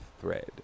thread